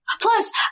plus